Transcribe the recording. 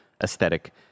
aesthetic